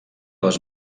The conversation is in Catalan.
les